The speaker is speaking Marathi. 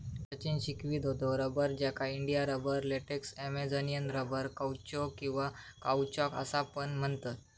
सचिन शिकवीत होतो रबर, ज्याका India rubber, latex, Amazonian rubber, कौचो किंवा काउचॉक असा पण म्हणतत